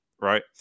right